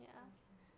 can can can